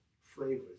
flavors